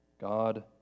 God